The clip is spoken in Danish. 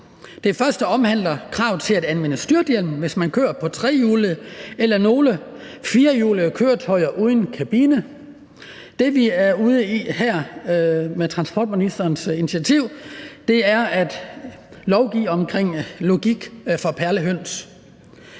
Det første omhandler krav til at anvende styrthjelm, hvis man kører på trehjulede eller nogle firehjulede køretøjer uden kabine. Det, vi er ude i her med transportministerens initiativ, er at lovgive omkring logik for perlehøns.